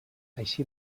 així